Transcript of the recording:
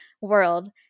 world